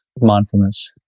mindfulness